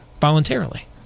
voluntarily